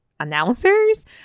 announcers